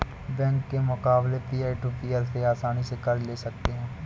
bank के मुकाबले peer to peer से आसनी से कर्ज ले सकते है